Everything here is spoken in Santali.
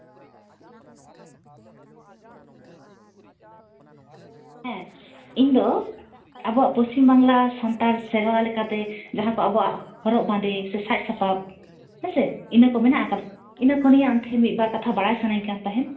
ᱦᱮᱸ ᱤᱧ ᱫᱚ ᱟᱵᱚᱣᱟᱜ ᱯᱚᱥᱪᱤᱢ ᱵᱟᱝᱞᱟ ᱥᱟᱱᱛᱟᱲ ᱥᱮᱨᱣᱟ ᱞᱮᱠᱟᱛᱮ ᱡᱟᱦᱟᱸᱠᱚ ᱟᱵᱚᱣᱟᱜ ᱦᱚᱨᱚᱜ ᱵᱟᱸᱫᱮ ᱥᱮ ᱥᱟᱡᱽᱼᱥᱟᱯᱟᱵᱽ ᱦᱮᱸᱥᱮ ᱤᱱᱟᱹ ᱠᱚ ᱢᱮᱱᱟᱜ ᱟᱠᱟᱫᱟ ᱤᱱᱟᱹ ᱠᱚ ᱱᱤᱭᱮ ᱟᱢ ᱴᱷᱮᱱ ᱢᱤᱫ ᱵᱟᱨ ᱠᱟᱛᱷᱟ ᱵᱟᱲᱟᱭ ᱥᱟᱱᱟᱧ ᱠᱟᱱ ᱛᱟᱦᱮᱸᱫ